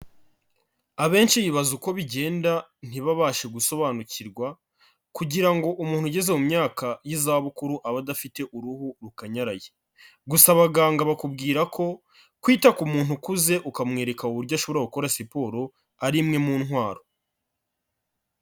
Abenshi bibaza uko bigenda ntibabashe gusobanukirwa kugira ngo umuntu ugeze mu myaka y'izabukuru abe adafite uruhu rukanyaraye, gusa abaganga bakubwira ko kwita ku muntu ukuze, ukamwereka uburyo ashobora gukora siporo ari imwe mu ntwaro.